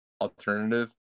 alternative